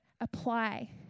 apply